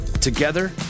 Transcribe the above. Together